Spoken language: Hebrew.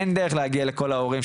אין דרך להגיע לכל ההורים,